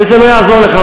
וזה לא יעזור לך,